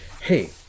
hey